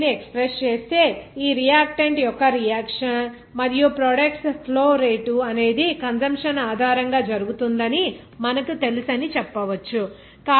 మనము దీనిని express చేస్తే ఈ రియాక్టన్ట్ యొక్క రియాక్షన్ మరియు ప్రొడక్ట్స్ ఫ్లో రేటు అనేది ఈ కంసుంప్షన్ ఆధారంగా జరుగుతుందని మనకు తెలుసు అని చెప్పవచ్చు